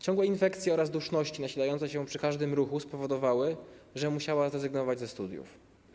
Ciągłe infekcje oraz duszności nasilające się przy każdym ruchu spowodowały, że musiała zrezygnować ze studiów.